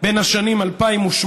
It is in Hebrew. בשנים 2008